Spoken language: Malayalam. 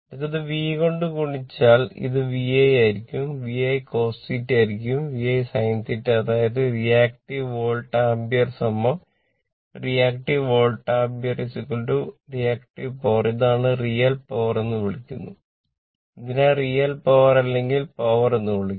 അടുത്തത് V കൊണ്ട് ഗുണിച്ചാൽ അത് VI ആയിരിക്കും VI cos θ ആയിരിക്കും VI sin θ അതായത് റിയാക്ടീവ് വോൾട്ട് ആമ്പിയർ ഇത് reactive volt ampere reactive power ഇതാണ് റിയൽ പവർ എന്ന് വിളിക്കുന്നു ഇതിനെ റിയൽ പവർ അല്ലെങ്കിൽ പവർ എന്ന് വിളിക്കുന്നു